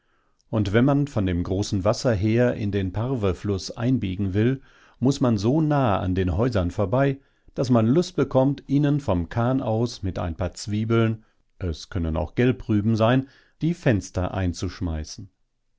und wenn man von dem großen wasser her in den parwefluß einbiegen will muß man so nah an den häusern vorbei daß man lust bekommt ihnen vom kahn aus mit ein paar zwiebeln es können auch gelbrüben sein die fenster einzuschmeißen